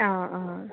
অ অ